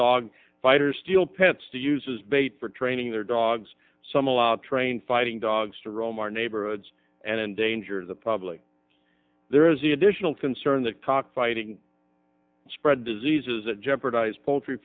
dog fighters steal pets to use as bait for training their dogs some allow trained fighting dogs to roam our neighborhoods and endanger the public there is the additional concern that cockfighting spread diseases that jeopardize poultry